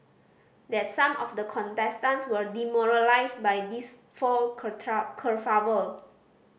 that some of the contestants were demoralised by this fall kerfuffle